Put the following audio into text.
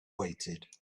waited